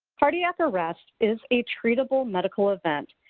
cardiac arrest is a treatable medical event,